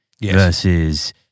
versus